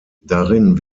darin